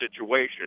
situation